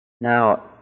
Now